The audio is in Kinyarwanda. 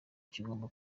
kigomba